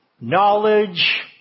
knowledge